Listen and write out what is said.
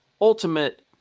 ultimate